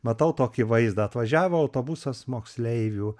matau tokį vaizdą atvažiavo autobusas moksleivių